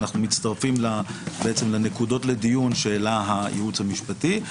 אנחנו מצטרפים לנקודות לדיון שהעלה הייעוץ המשפטי.